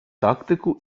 тактику